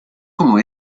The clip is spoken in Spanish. como